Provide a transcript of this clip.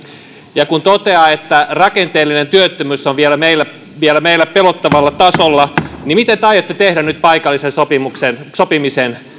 ja kun toteaa että rakenteellinen työttömyys on meillä vielä pelottavalla tasolla niin mitä te aiotte tehdä nyt paikallisen sopimisen